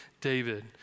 David